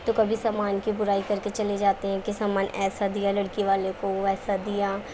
تو کبھی سامان کی برائی کر کے چلے جاتے ہیں کہ سامان ایسا دیا لڑکی والے کو ویسا دیا